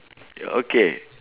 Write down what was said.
okay